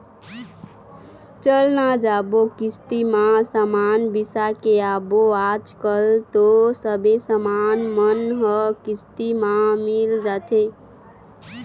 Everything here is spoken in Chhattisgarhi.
चल न जाबो किस्ती म समान बिसा के आबो आजकल तो सबे समान मन ह किस्ती म मिल जाथे